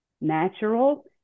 natural